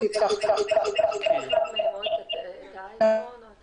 שנעשים בין כתלי הכלא כי מאוד מעניין לדעת